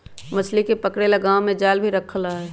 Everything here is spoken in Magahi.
मछली के पकड़े ला गांव में जाल भी रखल रहा हई